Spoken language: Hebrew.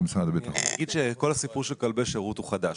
אני אגיד שכל הסיפור של כלבי השירות הוא חדש,